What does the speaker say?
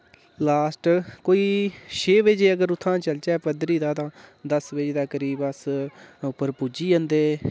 last कोई छे बजे अगर उत्थुआं चलचै पदरी दा ता दस बजे दे करीब अस उप्पर पुजी जंदे